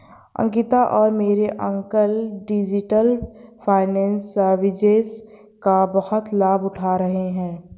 अंकिता और मेरे uncle digital finance services का बहुत लाभ उठा रहे हैं